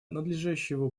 надлежащего